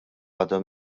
għadha